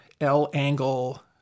L-angle